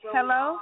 Hello